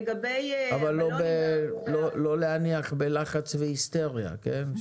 אבל לא להניח בלחץ והיסטריה, כן?